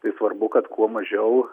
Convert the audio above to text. tai svarbu kad kuo mažiau